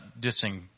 dissing